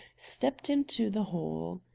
stepped into the hall.